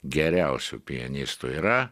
geriausių pianistų yra